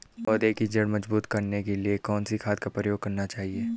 पौधें की जड़ मजबूत करने के लिए कौन सी खाद का प्रयोग करना चाहिए?